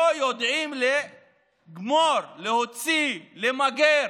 לא יודעים לגמור, להוציא ולמגר